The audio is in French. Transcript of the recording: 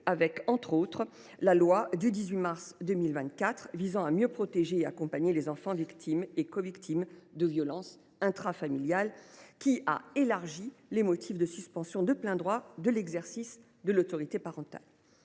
au travers de la loi du 18 mars 2024 visant à mieux protéger et accompagner les enfants victimes et covictimes de violences intrafamiliales, qui a permis d’élargir les motifs de suspension de plein droit de l’exercice de l’autorité parentale.